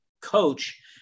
coach